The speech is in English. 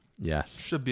Yes